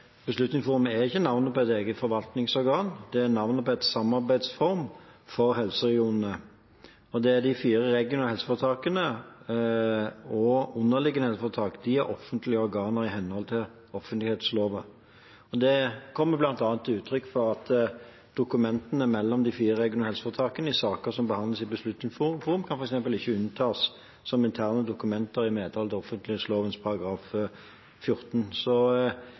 Beslutningsforum er ikke navnet på et eget forvaltningsorgan; det er navnet på en samarbeidsform for helseregionene. Det er de fire regionale helseforetakene og underliggende helseforetak som er offentlige organer i henhold til offentlighetsloven. Det kommer bl.a. til uttrykk ved at dokumentene mellom de fire regionale helseforetakene i saker som behandles i Beslutningsforum, f.eks. ikke kan unntas som interne dokumenter i medhold av offentlighetsloven § 14. Så